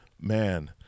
man